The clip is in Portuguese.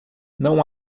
não